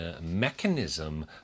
mechanism